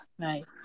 right